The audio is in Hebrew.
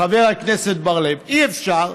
חבר הכנסת בר-לב, אי-אפשר.